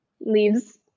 leaves